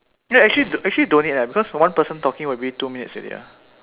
ya actually actually don't need leh because one person talking will be two minutes already ah